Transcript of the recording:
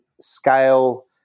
scale